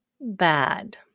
bad